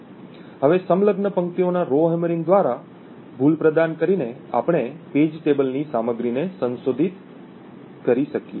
હવે સંલગ્ન પંક્તિઓના રોહેમરિંગ દ્વારા ભૂલ પ્રદાન કરીને આપણે પેજ ટેબલની સામગ્રીને સંશોધિત કરી શકશે